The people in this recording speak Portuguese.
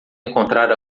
encontrar